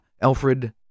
Alfred